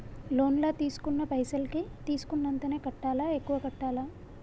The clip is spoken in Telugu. లోన్ లా తీస్కున్న పైసల్ కి తీస్కున్నంతనే కట్టాలా? ఎక్కువ కట్టాలా?